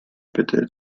bitte